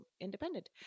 independent